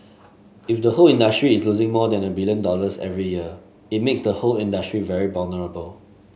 if the whole industry is losing more than a billion dollars every year it makes the whole industry very vulnerable